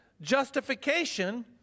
justification